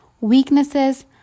weaknesses